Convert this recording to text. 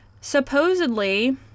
supposedly